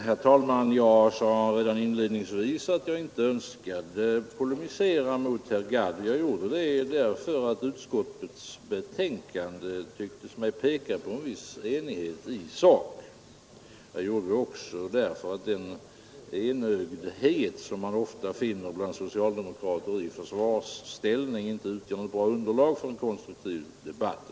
Herr talman! Jag sade redan inledningsvis att jag inte önskade polemisera mot herr Gadd. Jag gjorde det därför att utskottets betänkande SER ra peta apa en NäR SE i sak. Te SEE det i försvarsställning, inte tra något bra underlag för en konstruktiv debatt.